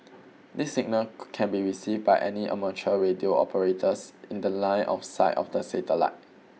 this signal can be received by any amateur radio operators in the line of sight of the satellite